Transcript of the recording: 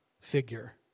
figure